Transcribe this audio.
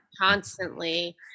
constantly